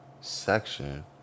section